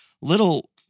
little